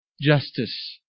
Justice